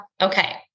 Okay